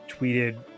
tweeted